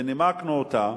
ונימקנו אותה,